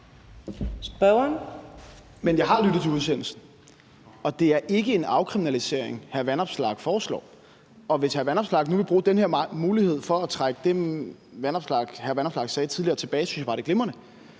(V): Men jeg har lyttet til udsendelsen, og det er ikke en afkriminalisering, hr. Alex Vanopslagh foreslår. Hvis hr. Alex Vanopslagh nu vil bruge den her mulighed for at trække det, hr. Alex Vanopslagh sagde tidligere, tilbage, synes jeg bare, det er glimrende.